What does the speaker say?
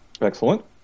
Excellent